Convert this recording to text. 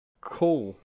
Cool